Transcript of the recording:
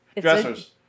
Dressers